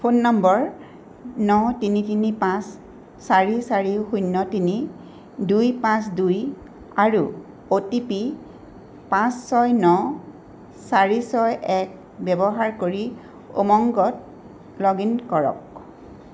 phone নম্বৰ ন তিনি তিনি পাঁচ চাৰি চাৰি শূণ্য তিনি দুই পাঁচ দুই আৰু অ'টিপি পাঁচ ছয় ন চাৰি ছয় এক ব্যৱহাৰ কৰি উমংগত লগ ইন কৰক